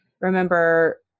remember